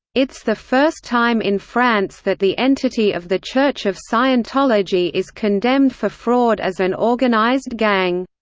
it's the first time in france that the entity of the church of scientology is condemned for fraud as an organized gang.